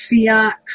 fiat